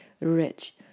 rich